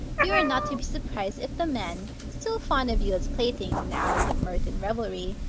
you are not to be surprised if the men, still fond of you as playthings in the hours of mirth and revelry,